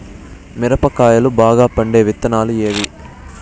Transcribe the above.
మిరప కాయలు బాగా పండే విత్తనాలు ఏవి